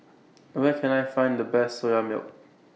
Where Can I Find The Best Soya Milk